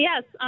Yes